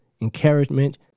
encouragement